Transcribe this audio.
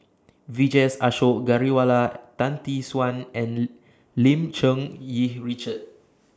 Vijesh Ashok Ghariwala Tan Tee Suan and Lim Cherng Yih Richard